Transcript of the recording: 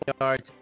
yards